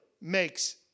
makes